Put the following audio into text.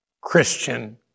Christian